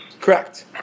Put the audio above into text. correct